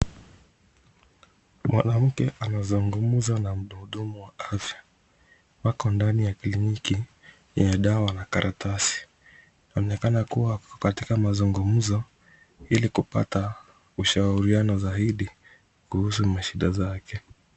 Mwanamke anazungumza na mhudumu wa afya, wako ndani ya kliniki yenye dawa na karatasi, inaonekana kuwa wako katika mazungumzo ili kupata ushauriano zaidi kuhusu mashida zake.